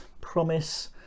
promise